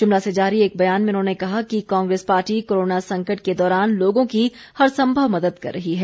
शिमला से जारी एक बयान में उन्होंने कहा कि कांग्रेस पार्टी कोरोना संकट के दौरान लोगों की हर सम्भव मदद कर रही है